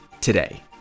today